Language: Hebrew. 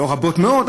לא רבות מאוד,